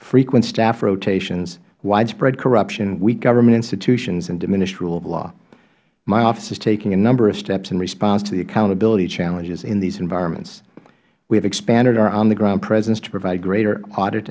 frequent staff rotations widespread corruption weak government institutions and diminished rule of law my office is taking a number of steps in response to the accountability challenges in these environments we have expanded our on the ground presence to provide greater audit